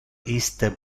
iste